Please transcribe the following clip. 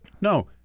No